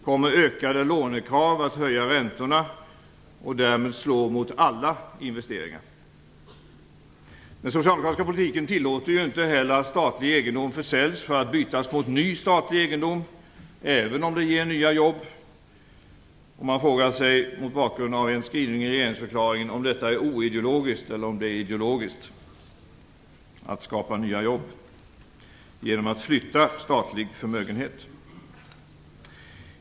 Kommer ökande lånekrav att höja räntorna, och därmed slå mot alla investeringar? Den socialdemokratiska politiken tillåter inte heller att statlig egendom försäljs för att bytas mot ny statlig egendom, även om det ger nya jobb. Mot bakgrund av en skrivning i regeringsförklaringen kan man fråga sig om det är oideologiskt eller ideologiskt att skapa nya jobb genom att flytta statlig förmögenhet.